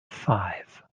fife